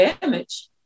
damage